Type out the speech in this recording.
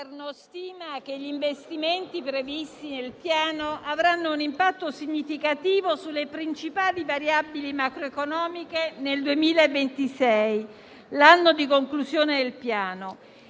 il Governo stima che gli investimenti previsti nel piano avranno un impatto significativo sulle principali variabili macroeconomiche nel 2026, anno di conclusione del piano.